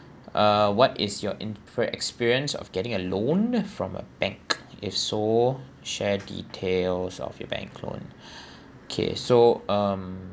uh what is your in for experience of getting a loan from a bank if so share details of your bank loan okay so um